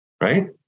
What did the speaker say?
Right